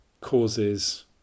causes